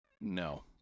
No